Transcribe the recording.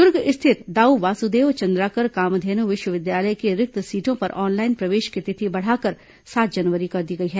दर्ग स्थित दाऊ वासुदेव चंद्राकर कामधेन् विश्वविद्यालय की रिक्त सीटों पर ऑनलाईन प्रवेश की तिथि बढ़ाकर सात जनवरी कर दी गई है